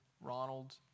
Ronald